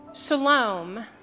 Shalom